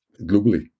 globally